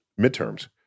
midterms